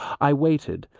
i waited,